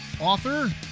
author